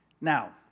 Now